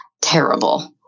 terrible